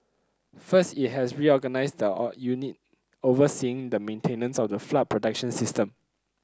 first it has reorganised the unit overseeing the maintenance of the flood protection system